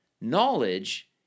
Knowledge